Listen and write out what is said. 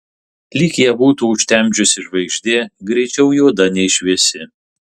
lyg ją būtų užtemdžiusi žvaigždė greičiau juoda nei šviesi